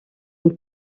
une